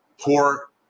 poor